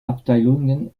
abteilungen